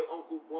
Uncle